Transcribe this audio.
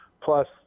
plus